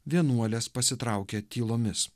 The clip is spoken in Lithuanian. vienuolės pasitraukia tylomis